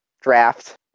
draft